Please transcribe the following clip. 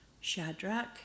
Shadrach